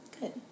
Good